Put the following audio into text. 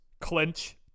clinch